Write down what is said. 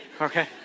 okay